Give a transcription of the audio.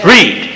Read